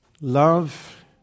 love